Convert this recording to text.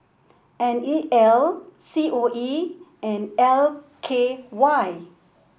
N E L C O E and L K Y